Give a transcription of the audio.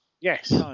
Yes